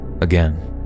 again